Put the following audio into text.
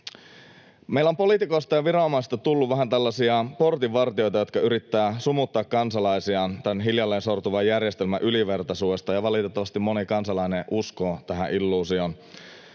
Meillä on poliitikoista ja viranomaista tullut vähän tällaisia portinvartijoita, jotka yrittävät sumuttaa kansalaisiaan tämän hiljalleen sortuvan järjestelmän ylivertaisuudesta, ja valitettavasti moni kansalainen uskoo tähän illuusioon.